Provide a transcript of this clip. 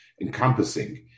encompassing